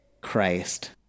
Christ